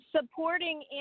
supporting